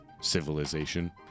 civilization